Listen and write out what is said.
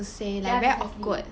ya precisely